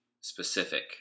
specific